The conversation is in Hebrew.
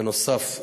בנוסף,